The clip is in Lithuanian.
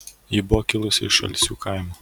ji buvo kilusi iš alsių kaimo